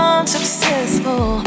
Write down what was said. Unsuccessful